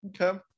Okay